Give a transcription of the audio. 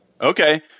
Okay